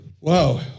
wow